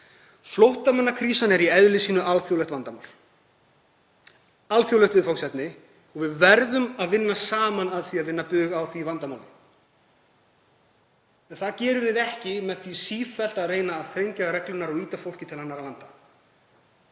Flóttamannakrísan er í eðli sínu alþjóðlegt vandamál, alþjóðlegt viðfangsefni, og við verðum að vinna saman að því að vinna bug á því vandamáli. Það gerum við ekki með því sífellt að reyna að þrengja reglurnar og ýta fólki til annarra landa.